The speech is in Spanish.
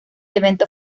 evento